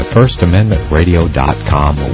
FirstAmendmentRadio.com